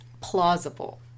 plausible